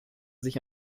sich